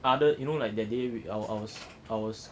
other you know like the day with our ours ours